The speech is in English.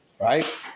right